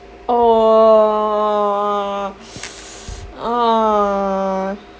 !aww! !aww!